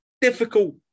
difficult